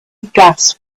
gas